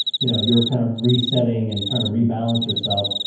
you know you're kind of resetting and trying to rebalance yourself.